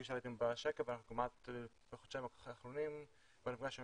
כפי שראיתם בשקף בחודשיים האחרונים אנחנו נפגשנו